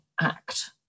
act